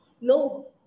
no